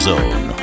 Zone